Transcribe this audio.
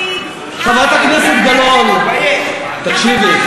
לפיד, חברת הכנסת גלאון, תקשיבי.